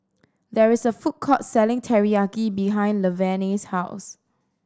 there is a food court selling Teriyaki behind Laverne's house